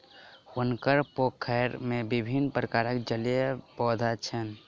हुनकर पोखैर में विभिन्न प्रकारक जलीय पौधा छैन